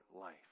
life